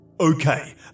Okay